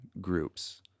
groups